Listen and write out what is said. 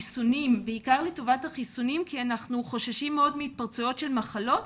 בעיקר לטובת החיסונים כי אנחנו מאוד חוששים מהתפרצויות של מחלות,